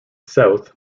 south